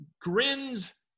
grins